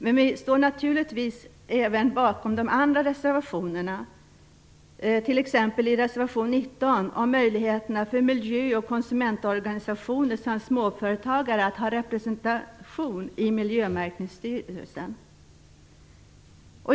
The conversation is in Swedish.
Men vi står naturligtvis även bakom de andra reservationerna, t.ex. reservation 19 om möjligheterna för miljö och konsumentorganisationer samt småföretagare att ha representation i Miljömärkningsstyrelsen.